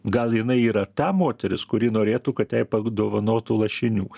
gal jinai yra ta moteris kuri norėtų kad jai padovanotų lašinių